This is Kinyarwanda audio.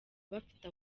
bafite